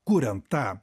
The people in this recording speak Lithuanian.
kuriant tą